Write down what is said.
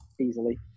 easily